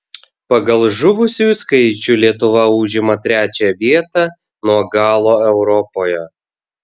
pagal žuvusiųjų skaičių lietuva užima trečią vietą nuo galo europoje